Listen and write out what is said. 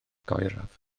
oeraf